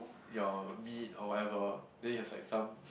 your meat or whatever then it has like some